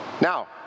Now